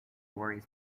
worries